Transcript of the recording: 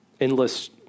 endless